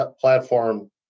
platform